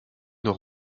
nord